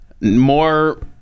more